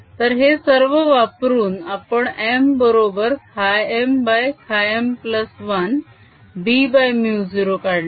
तर हे सर्व वापरून आपण m बरोबर χmχm1 bμ0 काढला